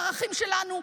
הערכים שלנו,